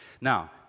Now